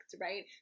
right